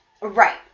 Right